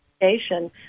education